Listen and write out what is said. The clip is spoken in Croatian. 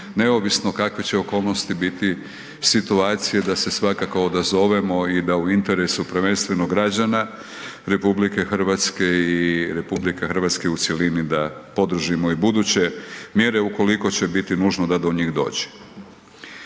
neovisno kakve će okolnosti biti, situacije da se svakako odazovemo i da u interesu, prvenstveno građana, RH i RH u cjelini da podržimo i buduće mjere ukoliko će biti nužno da do njih dođe.